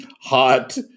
hot